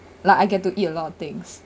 like I get to eat a lot of things